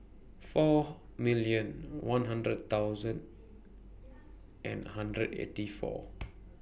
four million one hundred thousand and hundred eighty four